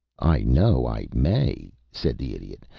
i know i may, said the idiot,